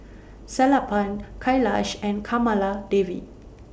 Sellapan Kailash and Kamaladevi